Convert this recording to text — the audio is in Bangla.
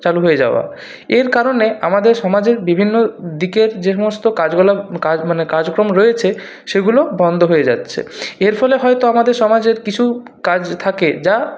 চালু হয়ে যাওয়া এর কারণে আমাদের সমাজের বিভিন্ন দিকের যে সমস্ত কাজকর্ম রয়েছে সেগুলো বন্ধ হয়ে যাচ্ছে এর ফলে হয়তো আমাদের সমাজের কিছু কাজ থাকে যা